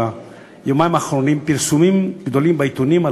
ביומיים האחרונים פרסומים גדולים בעיתונים על